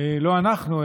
לא אנחנו,